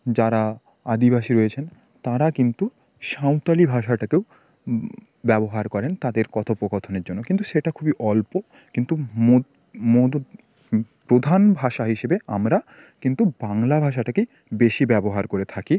যাঁরা আদিবাসী রয়েছেন তাঁরা কিন্তু সাঁওতালি ভাষাটাকেও ব্যবহার করেন তাদের কথোপকথনের জন্য কিন্তু সেটা খুবই অল্প কিন্তু মূলত প্রধান ভাষা হিসেবে আমরা কিন্তু বাংলা ভাষাটাকেই বেশি ব্যবহার করে থাকি